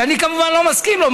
שאני כמובן לא מסכים לו.